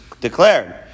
declared